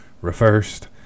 reversed